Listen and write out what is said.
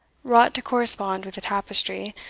wrought to correspond with the tapestry,